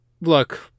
look